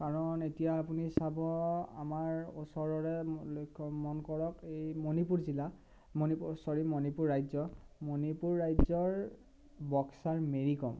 কাৰণ এতিয়া আপুনি চাব আমাৰ ওচৰৰে লক্ষ্য মন কৰক এই মনিপুৰ জিলা চৰি মনিপুৰ ৰাজ্য মনিপুৰ ৰাজ্যৰ বক্সাৰ মেৰি কম